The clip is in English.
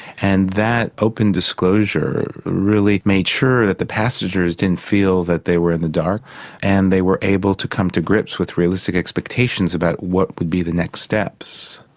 and that open disclosure really made sure that the passengers didn't feel that they were in the dark and they were able to come to grips with realistic expectations about what would be the next steps.